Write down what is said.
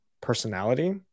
personality